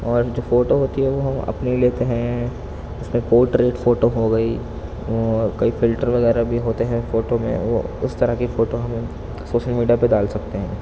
اور جو فوٹو ہوتی ہے وہ ہم اپنی لیتے ہیں اس میں پوٹریٹ فوٹو ہو گئی اور کئی فلٹر وغیرہ بھی ہوتے ہیں فوٹو میں وہ اس طرح کی فوٹو ہم سوشل میڈیا پہ ڈال سکتے ہیں